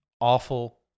awful